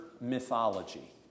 mythology